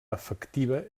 afectiva